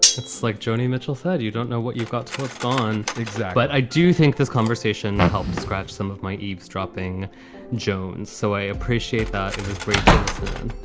it's like joni mitchell said, you don't know what you've got till it's gone. but i do think this conversation helped scratch some of my eavesdropping jones. so i appreciate that. it was great to listen in.